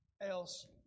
else